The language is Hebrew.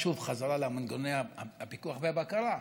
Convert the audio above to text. שוב, בחזרה למנגנוני הפיקוח והבקרה.